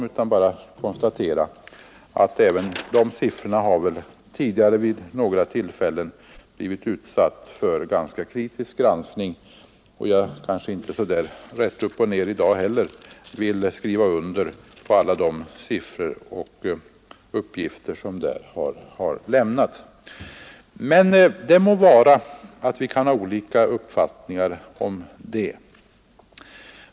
Jag bara konstaterar att de siffrorna tidigare vid några tillfällen blivit utsatta för ganska kritisk granskning, och jag vill inte heller i dag så där rätt upp och ned skriva under alla de uppgifter som lämnats i den utredningen. Men det må vara att vi kan ha olika uppfattningar om det.